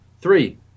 three